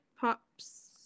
Pops